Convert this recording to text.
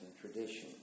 tradition